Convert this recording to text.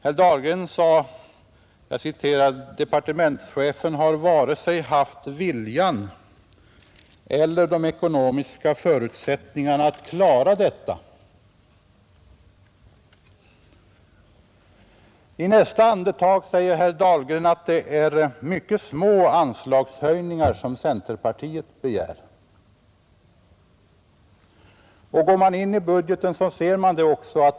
Herr Dahlgren sade att departementschefen varken har viljan eller de ekonomiska förutsättningarna att klara detta. I nästa andetag säger herr Dahlgren att centerpartiet begär mycket små anslagshöjningar.